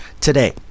today